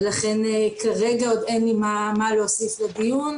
ולכן כרגע עוד אין לי מה להוסיף לדיון.